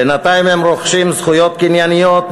בינתיים הם רוכשים זכויות קנייניות,